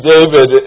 David